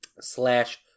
slash